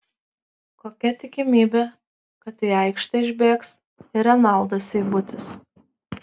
kokia tikimybė kad į aikštę išbėgs ir renaldas seibutis